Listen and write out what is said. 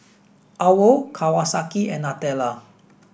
OWL Kawasaki and Nutella